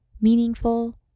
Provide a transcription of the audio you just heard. meaningful